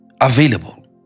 available